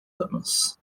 anos